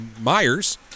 Myers